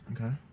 Okay